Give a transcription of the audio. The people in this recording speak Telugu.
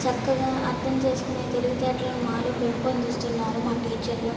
చక్కగా అర్థం చేసుకునే తెలివితేటలను మాలో పెంపొందిస్తున్నారు మా టీచర్లు